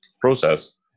process